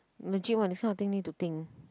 legit one this kind of thing need to think